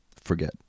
forget